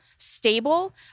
stable